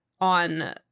on